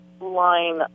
line